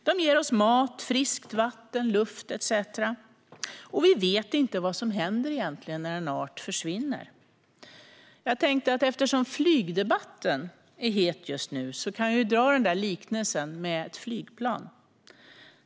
De ger oss mat, friskt vatten, luft etcetera, och vi vet egentligen inte vad som händer när en art försvinner. Eftersom flygdebatten är het just nu kan jag ju dra liknelsen med ett flygplan.